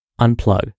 unplug